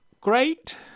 great